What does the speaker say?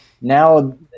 Now